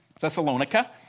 Thessalonica